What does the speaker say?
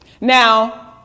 Now